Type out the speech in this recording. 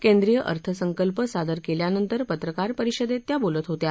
केंद्रीय अर्थसंकल्प सादर केल्यानंतर पत्रकार परिषदेत त्या बोलत होत्या